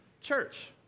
Church